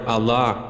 Allah